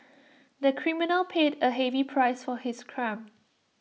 the criminal paid A heavy price for his crime